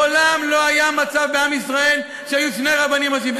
מעולם לא היה מצב בעם ישראל שהיו שני רבנים ראשיים.